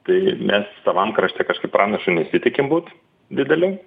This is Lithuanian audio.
tai mes savam krašte kažkaip pranašu nesitikim būt dideliu